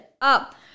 up